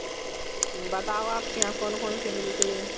बताओ आपके यहाँ कौन कौन से मिलते हैं